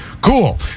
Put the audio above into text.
Cool